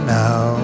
now